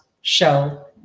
show